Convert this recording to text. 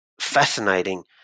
fascinating